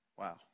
Wow